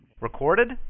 Recorded